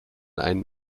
einen